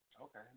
Okay